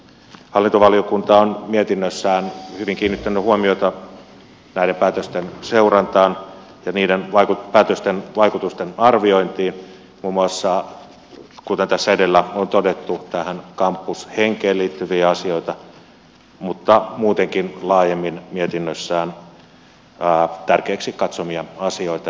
hallintovaliokunta on mietinnössään hyvin kiinnittänyt huomiota näiden päätösten seurantaan ja päätösten vaikutusten arviointiin koskien muun muassa kuten tässä edellä on todettu tähän kampushenkeen liittyviä asioita mutta muutenkin laajemmin mietinnössään tärkeiksi katsomiaan asioita